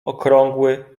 okrągły